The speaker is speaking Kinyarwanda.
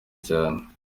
cyane